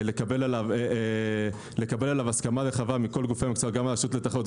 לקבל על זה הסכמה רחבי מכל הגופים גם הרשות לתחרות,